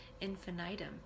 infinitum